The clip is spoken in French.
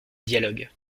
dialogue